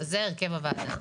זה הרכב הוועדה.